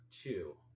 two